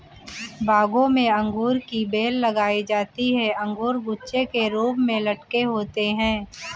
बागों में अंगूर की बेल लगाई जाती है अंगूर गुच्छे के रूप में लटके होते हैं